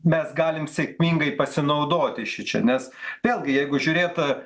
mes galim sėkmingai pasinaudoti šičia nes vėlgi jeigu žiūrėt